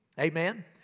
Amen